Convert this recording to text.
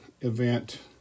event